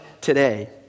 today